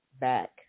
back